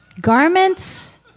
Garments